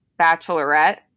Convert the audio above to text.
Bachelorette